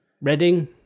Reading